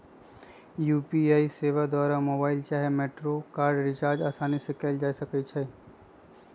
UPI सेवा द्वारा mobile चाहे मेट्रो कार्ड रिचार्ज असानी से कएल जा सकइ छइ